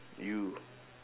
you